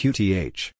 Qth